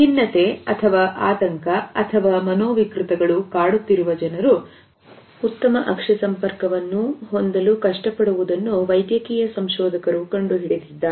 ಖಿನ್ನತೆ ಅಥವಾ ಆತಂಕ ಅಥವಾ ಮನೋವಿಕೃತಗಳು ಕಾಡುತ್ತಿರುವ ಜನರು ಉತ್ತಮ ಅಕ್ಷಿ ಸಂಪರ್ಕವನ್ನು ಹೊಂದಿರುವ ಕಷ್ಟಪಡುವುದನ್ನು ವೈದ್ಯಕೀಯ ಸಂಶೋಧಕರು ಕಂಡುಹಿಡಿದಿದ್ದಾರೆ